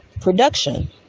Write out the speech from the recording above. production